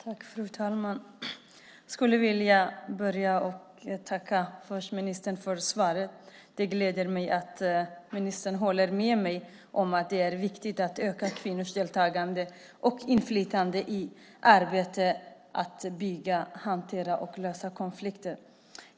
Fru talman! Jag skulle vilja börja med att tacka ministern för svaret. Det gläder mig att ministern håller med mig om att det är viktigt att öka kvinnors deltagande och inflytande i arbetet med att förebygga, hantera och lösa konflikter.